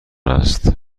است